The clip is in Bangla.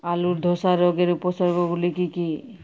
আলুর ধসা রোগের উপসর্গগুলি কি কি?